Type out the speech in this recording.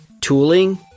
tooling